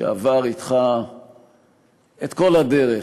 שעבר אתך את כל הדרך,